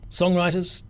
songwriters